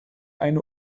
eine